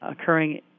occurring